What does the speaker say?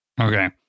Okay